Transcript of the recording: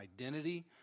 identity